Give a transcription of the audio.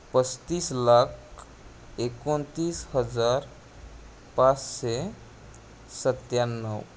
पस्तीस लाख एकोणतीस हजार पाचशे सत्त्याण्णव